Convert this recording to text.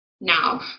Now